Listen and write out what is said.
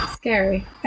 scary